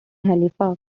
halifax